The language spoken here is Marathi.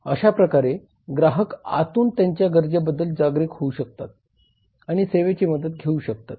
अशा प्रकारे ग्राहक आतून त्यांच्या गरजेबद्दल जागरूक होऊ शकतात आणि सेवेची मदत घेऊ शकतात